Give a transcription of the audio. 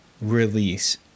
release